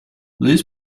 liz